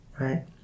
right